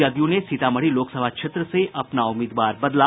जदयू ने सीतामढ़ी लोकसभा क्षेत्र से अपना उम्मीदवार बदला